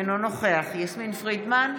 אינו נוכח יסמין פרידמן,